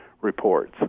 reports